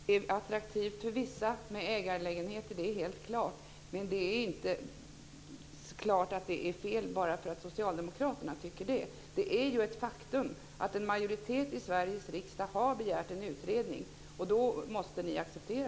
Fru talman! Att det är attraktivt för vissa med ägarlägenheter är helt klart, men det är inte klart att detta är fel bara för att socialdemokraterna tycker det. Det är ju ett faktum att en majoritet i Sveriges riksdag har begärt en utredning, och det måste ni acceptera.